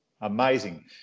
amazing